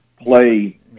play –